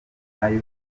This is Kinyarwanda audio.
nayo